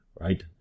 right